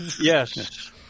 Yes